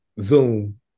Zoom